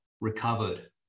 Recovered